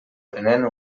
prenent